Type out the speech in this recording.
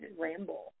ramble